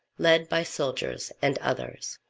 led by soldiers and others.